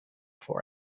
for